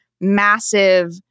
massive